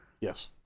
Yes